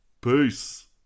Peace